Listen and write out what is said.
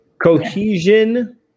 cohesion